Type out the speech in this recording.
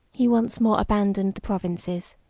he once more abandoned the provinces,